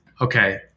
okay